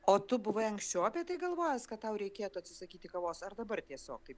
o tu buvai anksčiau apie tai galvojęs kad tau reikėtų atsisakyti kavos ar dabar tiesiog taip